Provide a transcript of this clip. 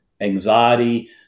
anxiety